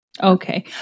Okay